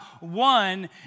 one